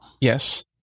Yes